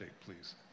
please